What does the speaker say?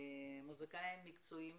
מוזיקאים מקצועיים